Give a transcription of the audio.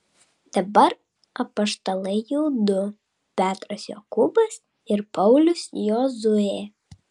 dabar apaštalai jau du petras jokūbas ir paulius jozuė